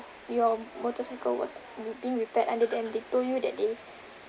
your motorcycle was re~ being repaired under them they told you that they